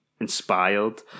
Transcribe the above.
inspired